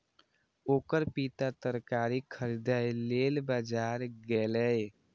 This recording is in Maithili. ओकर पिता तरकारी खरीदै लेल बाजार गेलैए